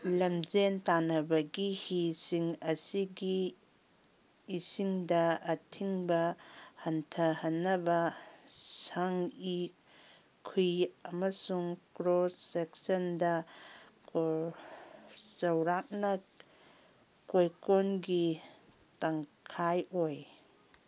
ꯂꯝꯖꯦꯟ ꯇꯥꯟꯅꯕꯒꯤ ꯍꯤꯁꯤꯡ ꯑꯁꯤꯒꯤ ꯏꯁꯤꯡꯗ ꯑꯊꯤꯡꯕ ꯍꯟꯊꯍꯟꯅꯕ ꯁꯪꯏ ꯈꯨꯏ ꯑꯃꯁꯨꯡ ꯀ꯭ꯔꯣꯁ ꯁꯦꯛꯁꯟꯗ ꯆꯥꯎꯔꯥꯛꯅ ꯀꯣꯏꯀꯣꯟꯒꯤ ꯇꯪꯈꯥꯏ ꯑꯣꯏ